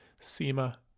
SEMA